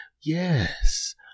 Yes